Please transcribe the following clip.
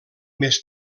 més